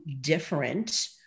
different